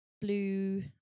blue